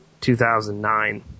2009